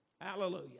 Hallelujah